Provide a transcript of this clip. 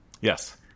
yes